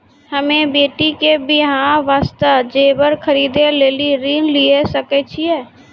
हम्मे बेटी के बियाह वास्ते जेबर खरीदे लेली ऋण लिये सकय छियै?